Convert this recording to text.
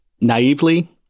Naively